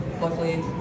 Luckily